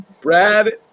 Brad